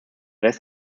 rest